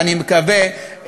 ואני מקווה,